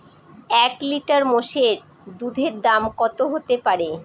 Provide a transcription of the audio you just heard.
এক লিটার মোষের দুধের দাম কত হতেপারে?